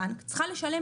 שהבנק ישלם